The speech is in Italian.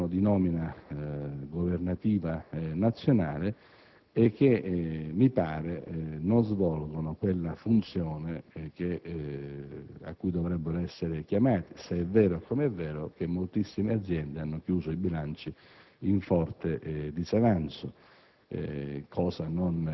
alcuni dei quali sono di nomina governativa nazionale e non stanno svolgendo la funzione cui sono chiamati, se è vero, com'è vero, che moltissime aziende hanno chiuso i bilanci in forte disavanzo,